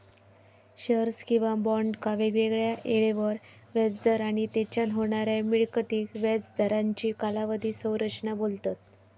shares किंवा बॉन्डका वेगवेगळ्या येळेवर व्याज दर आणि तेच्यान होणाऱ्या मिळकतीक व्याज दरांची कालावधी संरचना बोलतत